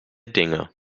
dinge